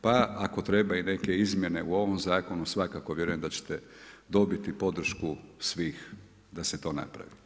Pa ako treba i neke izmjene u ovome zakonu, svakako vjerujem da će te dobiti podršku svih da se to napravi.